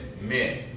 men